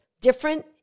different